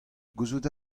gouzout